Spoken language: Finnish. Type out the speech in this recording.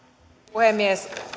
puhemies